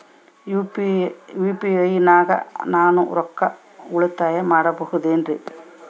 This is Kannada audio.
ಯು.ಪಿ.ಐ ನಾಗ ನಾನು ರೊಕ್ಕ ಉಳಿತಾಯ ಮಾಡಬಹುದೇನ್ರಿ?